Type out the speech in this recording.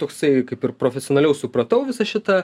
toksai kaip ir profesionaliau supratau visą šitą